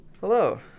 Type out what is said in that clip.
Hello